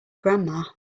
grandma